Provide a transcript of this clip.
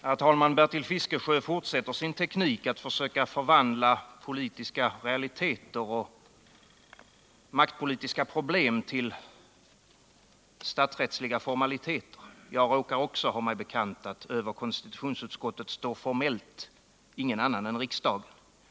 Herr talman! Bertil Fiskesjö fortsätter sin teknik att försöka förvandla politiska realiteter och maktpolitiska problem till statsrättsliga formaliteter. Jag råkar också ha mig bekant att över konstitutionsutskottet står formellt ingen annan än riksdagen.